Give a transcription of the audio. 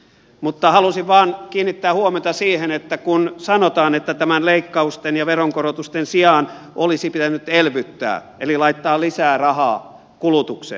mutta halusin vain kiinnittää huomiota siihen kun sanotaan että näiden leikkausten ja veronkorotusten sijaan olisi pitänyt elvyttää eli laittaa lisää rahaa kulutukseen